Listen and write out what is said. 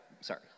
Sorry